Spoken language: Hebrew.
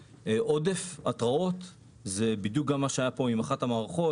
עודף התראות זה בדיוק מה שהיה פה עם אחת המערכות,